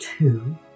Two